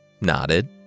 nodded